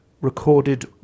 recorded